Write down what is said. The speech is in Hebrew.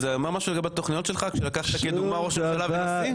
זה אומר משהו לגבי התכניות שלך כשלקחת כדוגמה ראש ממשלה ונשיא?